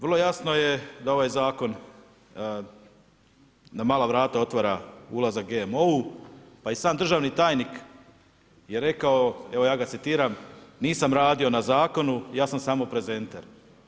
Vrlo jasno je da ovaj zakon na vala vrata otvara ulazak GMO, pa i sam državni tajnik je rekao, evo ja ga citiram, nisam radio na zakonu, ja sam samo prezenter.